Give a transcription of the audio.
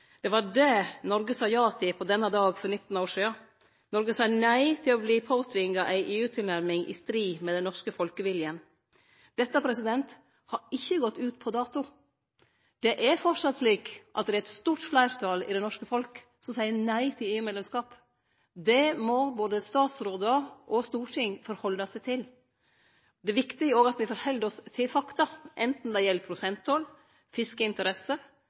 Det var det Noreg sa ja til på denne dagen for 19 år sidan. Noreg sa nei til å verte påtvinga ei EU-tilnærming i strid med den norske folkeviljen. Dette har ikkje gått ut på dato. Det er framleis slik at det er eit stort fleirtal i det norske folk som seier nei til EU-medlemskap. Det må både statsrådar og storting ta omsyn til. Det er òg viktig at me held oss til fakta. Anten det gjeld prosenttoll, fiskeinteresser